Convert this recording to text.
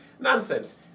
Nonsense